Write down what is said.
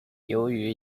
由于